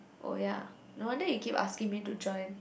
oh ya no wonder he keep asking me to join